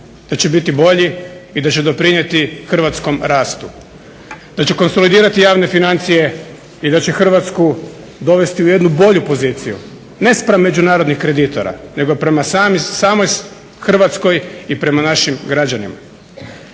da će biti bolji i da će doprinijeti hrvatskom rastu, da će konsolidirati javne financije i da će Hrvatsku dovesti u jednu bolju poziciju ne spram međunarodnih kreditora, nego prema samoj Hrvatskoj i prema našim građanima.